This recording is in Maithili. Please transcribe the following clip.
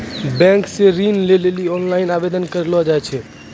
बैंक से ऋण लै लेली ओनलाइन आवेदन करलो जाय छै